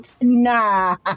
Nah